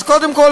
אז קודם כול,